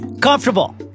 comfortable